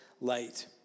light